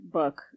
book